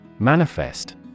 Manifest